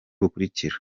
bukurikira